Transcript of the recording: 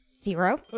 Zero